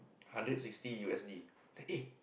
hundred sixty U_S_D eh